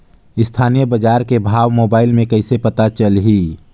स्थानीय बजार के भाव मोबाइल मे कइसे पता चलही?